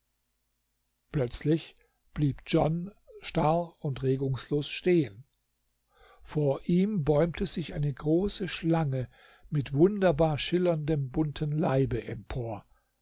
plötzlich blieb john starr und regungslos stehen vor ihm bäumte sich eine große schlange mit wunderbar schillerndem bunten leibe empor